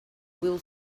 will